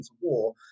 war